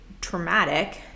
traumatic